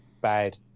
bad